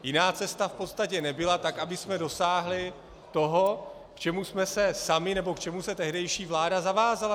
Jiná cesta v podstatě nebyla, tak abychom dosáhli toho, k čemu jsme se sami nebo k čemu se tehdejší vláda zavázala.